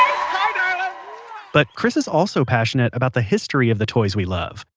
um but chris is also passionate about the history of the toys we love.